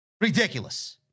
Ridiculous